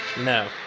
No